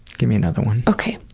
give me another one. okay.